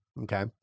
Okay